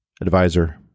advisor